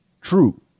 true